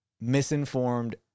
misinformed